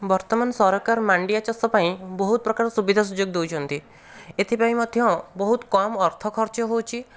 ବର୍ତ୍ତମାନ ସରକାର ମାଣ୍ଡିଆ ଚାଷ ପାଇଁ ବହୁତ ପ୍ରକାର ସୁବିଧା ସୁଯୋଗ ଦେଉଛନ୍ତି ଏଥିପାଇଁ ମଧ୍ୟ ବହୁତ କମ ଅର୍ଥ ଖର୍ଚ୍ଚ ହଉଛି